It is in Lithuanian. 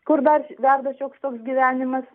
kur dar verda šioks toks gyvenimas